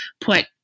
put